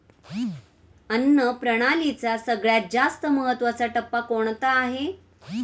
अन्न प्रणालीचा सगळ्यात जास्त महत्वाचा टप्पा कोणता आहे?